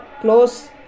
close